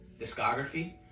discography